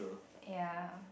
ya